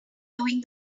doing